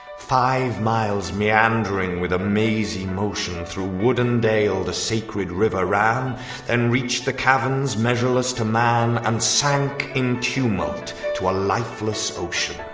five miles meandering with a mazy motion through wood and dale the sacred river ran then and reached the caverns measureless to man and sank in tumult to a lifeless ocean